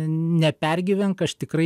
nepergyvenk aš tikrai